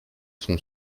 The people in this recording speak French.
son